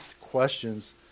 questions